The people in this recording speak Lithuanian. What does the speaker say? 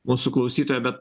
mūsų klausytoją bet